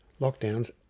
lockdowns